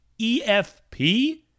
EFP